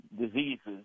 diseases